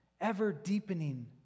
ever-deepening